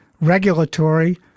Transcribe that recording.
regulatory